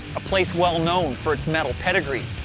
a place well known for its metal pedigree,